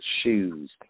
shoes